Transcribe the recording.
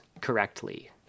correctly